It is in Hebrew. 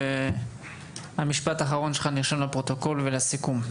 המשפט האחרון שלך נרשם לפרוטוקול ולסיכום.